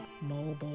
Mobile